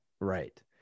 right